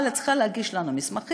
אבל את צריכה להגיש לנו מסמכים,